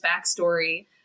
backstory